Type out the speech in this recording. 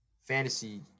fantasy